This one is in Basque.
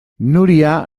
nuria